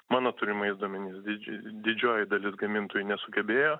mano turimais duomenimis didži didžioji dalis gamintojų nesugebėjo